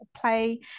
play